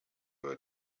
were